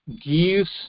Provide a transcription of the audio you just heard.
gives